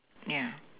yeah